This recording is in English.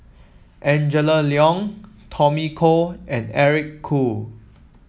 Angela Liong Tommy Koh and Eric Khoo